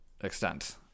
extent